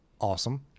awesome